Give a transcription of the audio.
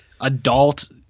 adult